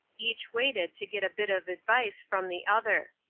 each waited to get a bit of advice from the other.